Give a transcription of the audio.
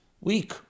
week